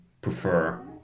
prefer